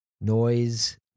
Noise